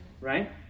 right